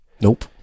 Nope